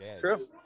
True